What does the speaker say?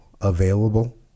available